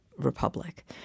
Republic